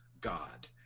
God